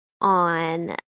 on